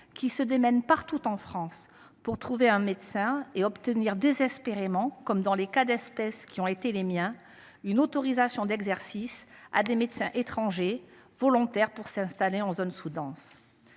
qui se démènent partout en France pour trouver un médecin et obtenir désespérément, comme j’ai pu le constater à plusieurs reprises, une autorisation d’exercice pour des médecins étrangers volontaires pour s’installer en zones sous denses.